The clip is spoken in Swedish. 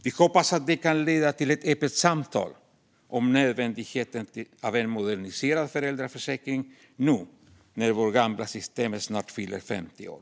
Vi hoppas att detta kan leda till ett öppet samtal om nödvändigheten av en moderniserad föräldraförsäkring nu när vårt gamla system snart fyller 50 år.